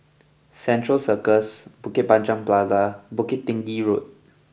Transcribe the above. Central Circus Bukit Panjang Plaza Bukit Tinggi Road